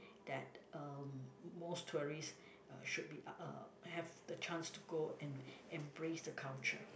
that uh most tourists uh should be uh have the chance to go and embrace the culture